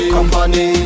Company